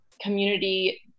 community